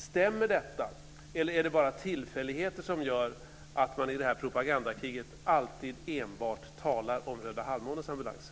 Stämmer detta, eller är det bara tillfälligheter som gör att man i detta propagandakrig alltid talar enbart om Röda halvmånens ambulanser?